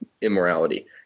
immorality